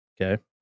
Okay